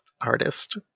artist